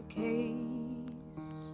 case